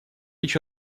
еще